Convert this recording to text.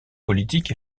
politiques